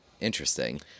Interesting